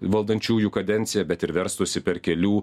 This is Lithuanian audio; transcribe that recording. valdančiųjų kadenciją bet ir verstųsi per kelių